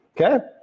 Okay